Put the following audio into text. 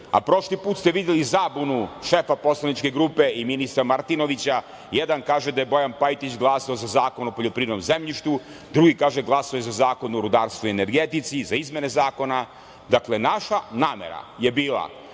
a prošli put ste videli zabunu šefa poslaničke grupe i ministra Martinovića, jedan kaže da je Bojan Pajtić glasao za Zakon o poljoprivrednom zemljištu, drugi kaže da je glasao za Zakon o rudarstvu i energetici, za izmene zakona, dakle naša namera je bila